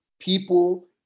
people